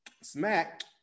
smack